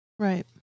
Right